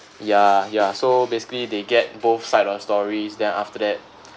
ya ya so basically they get both side of stories then after that